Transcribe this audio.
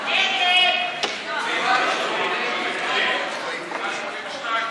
(תיקון, שוויון בנטל), התשע"ח 2017,